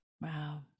Wow